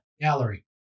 gallery